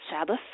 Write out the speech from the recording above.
Sabbath